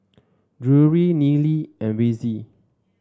Drury Nealy and Vassie